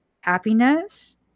Happiness